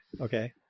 Okay